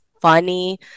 funny